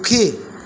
সুখী